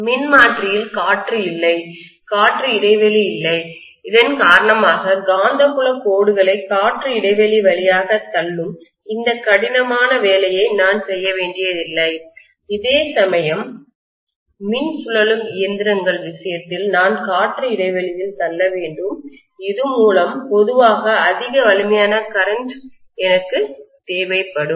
மின்மாற்றியில் காற்று இல்லை காற்று இடைவெளி இல்லை இதன் காரணமாக காந்தப்புலக் கோடுகளை காற்று இடைவெளி வழியாகத் தள்ளும் இந்த கடினமான வேலையை நான் செய்ய வேண்டியதில்லை அதேசமயம் மின் சுழலும் இயந்திரத்தின் விஷயத்தில் நான் காற்று இடைவெளியில் தள்ள வேண்டும் இதுமூலம் பொதுவாக அதிக வலிமையான கரண்ட்மின்னோட்டம் எனக்குத் தேவைப்படும்